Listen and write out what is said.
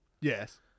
Yes